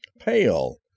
pale